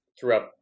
throughout